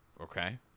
Okay